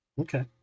Okay